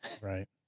Right